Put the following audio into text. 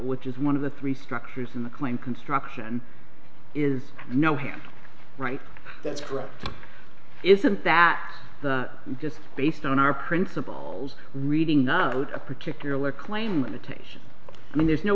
which is one of the three structures in the coin construction is no him right that's correct isn't that just based on our principles reading not a particular claim limitation i mean there's no